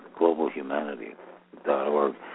globalhumanity.org